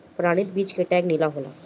प्रमाणित बीज के टैग नीला होला